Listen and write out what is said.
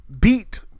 beat